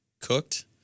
cooked